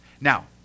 Now